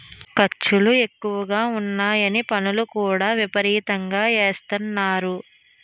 ఖర్చులు ఎక్కువగా ఉన్నాయని పన్నులు కూడా విపరీతంగా ఎసేత్తన్నారు